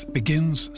begins